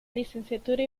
licenciatura